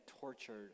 tortured